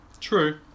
true